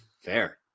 Fair